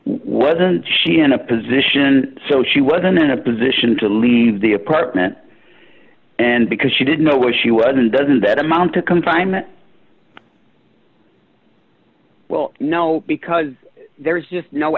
wasn't she in a position so she wasn't in a position to leave the apartment and because she didn't know what she was in doesn't that amount to confinement well no because there's just no